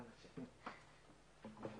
נקודות מבחינתו אז הוא בשמחה גם יוכל.